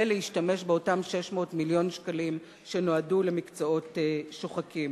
ולהשתמש באותם 600 מיליון שקלים שנועדו למקצועות שוחקים.